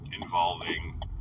involving